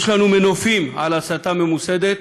יש לנו מנופים על הסתה ממוסדת